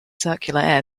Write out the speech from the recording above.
circular